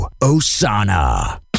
Osana